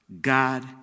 God